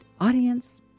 audience